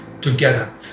together